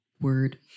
word